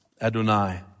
Adonai